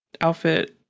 outfit